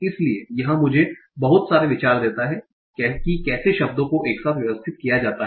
इसलिए यह मुझे बहुत सारे विचार देता है कि कैसे शब्दों को एक साथ व्यवस्थित किया जाता है